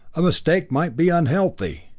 a mistake might be unhealthy!